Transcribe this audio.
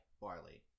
barley